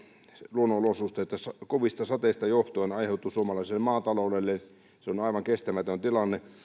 luonnonolosuhteista kovista sateista johtuen aiheutunut suomalaiselle maataloudelle on aivan kestämätön tilanne